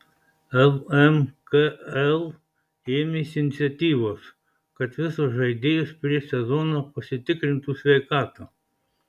lmkl ėmėsi iniciatyvos kad visos žaidėjos prieš sezoną pasitikrintų sveikatą